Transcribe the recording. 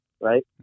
Right